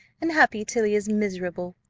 and happy till he is miserable.